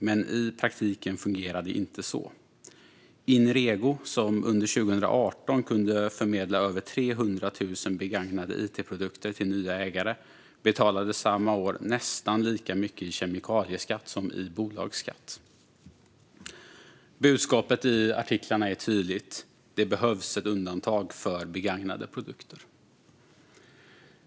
Men i praktiken fungerar det inte så. Inrego, som under 2018 kunde förmedla över 300 000 begagnade it-produkter till nya ägare, betalade samma år nästan lika mycket i kemikalieskatt som i bolagsskatt." Budskapet i artiklarna är tydligt: Det behövs ett undantag för begagnade produkter.